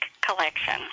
collection